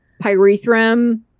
pyrethrum